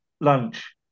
lunch